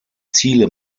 ziele